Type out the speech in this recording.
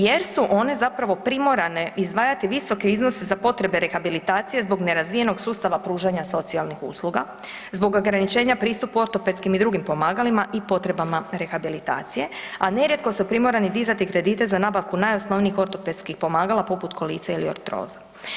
Jer su one zapravo primorane izdvajati visoke iznose za potrebe rehabilitacije zbog nerazvijenog sustava pružanja socijalnih usluga, zbog ograničenja pristupu ortopedskim i drugim pomagalima i potrebama rehabilitacije, a nerijetko su primorani dizati kredite za nabavku najosnovnijih ortopedskih pomagala poput kolica ili artroza.